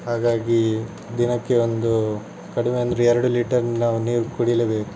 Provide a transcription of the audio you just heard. ಹಾಗಾಗಿ ದಿನಕ್ಕೆ ಒಂದು ಕಡಿಮೆ ಅಂದರೆ ಎರಡು ಲೀಟರ್ ನಾವು ನೀರು ಕುಡಿಯಲೇ ಬೇಕು